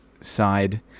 side